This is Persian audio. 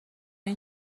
این